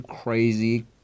crazy